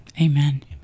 Amen